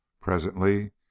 Presently